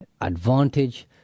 advantage